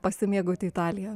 pasimėgauti italija